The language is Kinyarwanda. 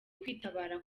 kwitabara